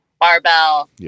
barbell